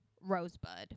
Rosebud